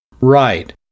Right